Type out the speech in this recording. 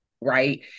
right